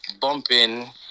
bumping